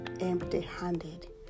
empty-handed